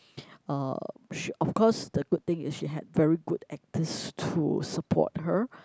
uh she of course the good thing is she had very good actors to support her